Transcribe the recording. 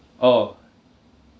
oh